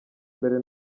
mbere